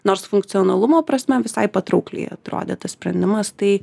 nors funkcionalumo prasme visai patraukliai atrodė tas sprendimas tai